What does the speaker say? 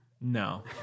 No